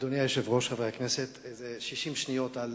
אדוני היושב-ראש, חברי הכנסת, 60 שניות על